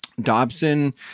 Dobson